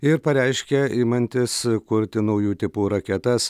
ir pareiškia imantis kurti naujų tipų raketas